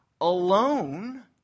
alone